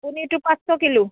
পনীৰটো পাঁচশ কিলো